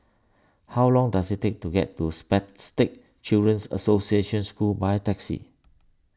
how long does it take to get to Spastic Children's Association School by taxi